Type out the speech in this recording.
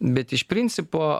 bet iš principo